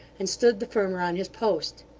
and stood the firmer on his post.